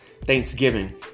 Thanksgiving